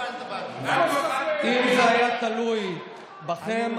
אם זה היה תלוי בכם,